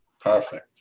perfect